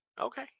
Okay